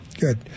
Good